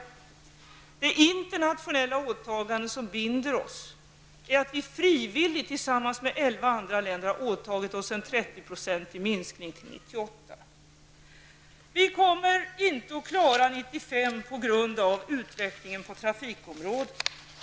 Vi binds av ett internationellt åtagande, där vi frivilligt tillsammans med elva andra länder har åtagit oss en 30-procentig minskning till år 1998. Vi kommer inte att klara målet 1995 på grund av utvecklingen på trafikområdet.